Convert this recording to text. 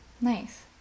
Nice